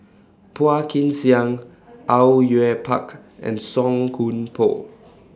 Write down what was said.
Phua Kin Siang Au Yue Pak and Song Koon Poh